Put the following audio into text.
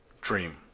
dream